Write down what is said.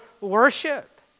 worship